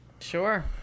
Sure